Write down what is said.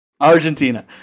Argentina